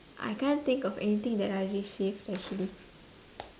I can't think of anything that I received actually